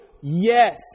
yes